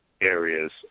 areas